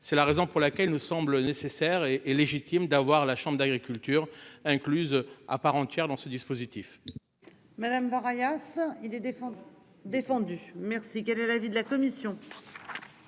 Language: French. C'est la raison pour laquelle nous semble nécessaire et légitime d'avoir la chambre d'agriculture incluse à part entière dans ce dispositif.